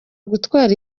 gutwara